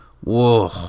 Whoa